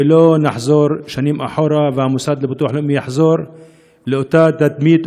ולא נחזור שנים אחורה והמוסד לביטוח לאומי יחזור לאותה תדמית,